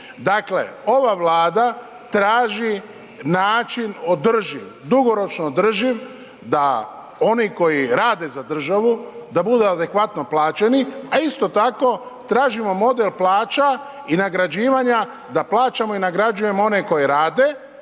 Dakle ova Vlada traži način održiv, dugoročno održiv da oni koji rade za državu, da budu adekvatno plaćeni a isto tako, tražimo model plaća i nagrađivanja da plaćam i nagrađujemo one koji rade